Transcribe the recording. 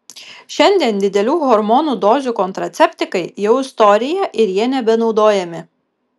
šiandien didelių hormonų dozių kontraceptikai jau istorija ir jie nebenaudojami